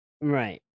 Right